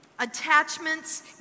Attachments